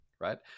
Right